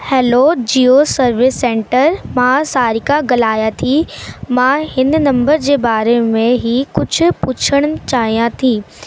hello Jio service centre मां सारीका ॻाल्हायां थी मां हिन नम्बर जे बारे में ई कुझु पुछण चाहियां थी